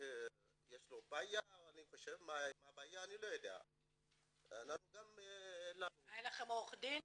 לא ידענו מה הבעיה --- היה לכם עורך דין?